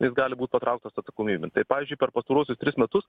jis gali būt patrauktas atsakomybėn tai pavyzdžiui per pastaruosius tris metus